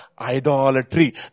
Idolatry